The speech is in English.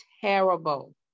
terrible